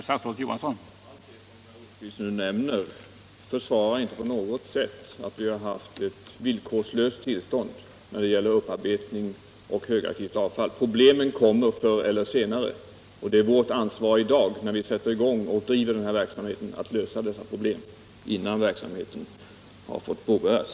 Herr talman! Det som herr Rosqvist nu nämner försvarar inte på något sätt att vi har haft ett villkorslöst tillstånd när det gäller upparbetning av högaktivt avfall. Problemen kommer förr eller senare, och det är vårt ansvar i dag att lösa dessa problem innan ny verksamhet får påbörjas.